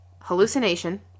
hallucination